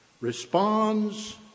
responds